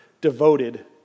devoted